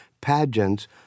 pageants